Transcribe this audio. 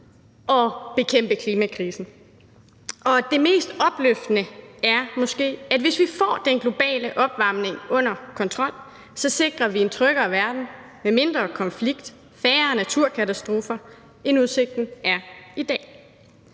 at bekæmpe klimakrisen, og det mest opløftende er måske, at hvis vi får den globale opvarmning under kontrol, sikrer vi en tryggere verden med mindre konflikt og færre naturkatastrofer, end udsigten er i dag.